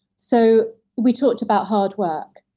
so we talked about hard work.